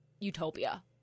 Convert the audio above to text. utopia